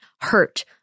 hurt